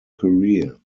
career